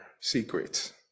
secrets